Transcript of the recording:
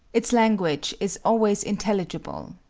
its language is always intelligible.